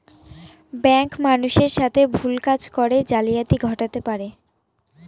bank মানুষের সাথে ভুল কাজ করে জালিয়াতি ঘটাতে পারে